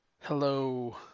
Hello